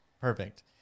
Perfect